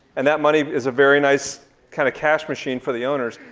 and that money is a very nice kind of cash machine for the owners.